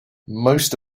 most